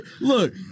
look